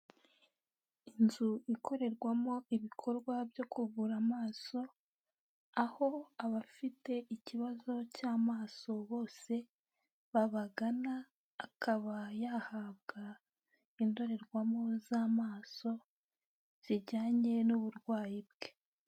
Inzu ikorerwamo ibikorwa byo ku kuvu amaso aho abafite ikibazo cy'amaso bose babagana, akaba yahabwa indorerwamo z'amaso zijyanye n'uburwayi bwe.